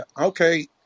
okay